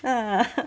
ah